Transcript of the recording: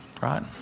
Right